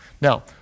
Now